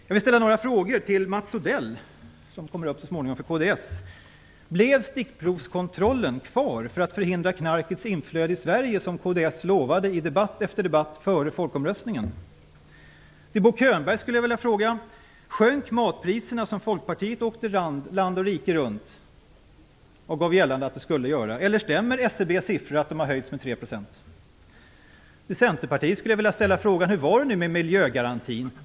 Jag vill ställa en fråga till Mats Odell som skall upp i debatten senare: Blev stickprovskontrollen kvar för att förhindra knarkets inflöde i Sverige, så som kds lovade i debatt efter debatt inför folkomröstningen? Bo Könberg skulle jag vilja fråga: Sjönk matpriserna så som Folkpartiet lovade och åkte land och rike runt och gjorde gällande? Eller stämmer SCB:s siffror att de har höjts med tre procentenheter? Till Centern vill jag ställa följande fråga: Hur är det med miljögarantin?